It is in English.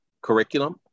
curriculum